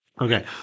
Okay